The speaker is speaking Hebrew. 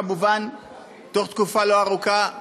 כמובן בתוך תקופה לא ארוכה,